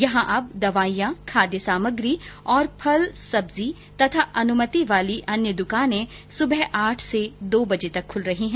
यहां अब दवाईयां खाद्य सामग्री और फल सब्जी और अनुमत वाली अन्य दुकाने सुबह आठ से दो बजे तक खुल रही है